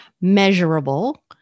measurable